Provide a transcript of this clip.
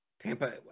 Tampa